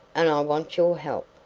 and i want your help.